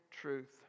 truth